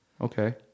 Okay